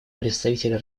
представитель